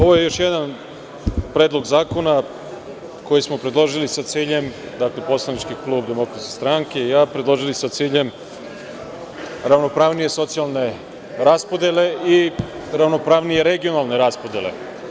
Ovo je još jedan Predlog zakona koji smo predložili sa ciljem, dakle poslanički klub Demokratske stranke i ja, predložili sa ciljem ravnopravnije socijalne raspodele i ravnopravnije regionalne raspodele.